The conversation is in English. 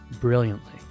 brilliantly